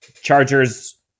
Chargers